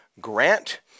Grant